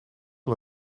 wel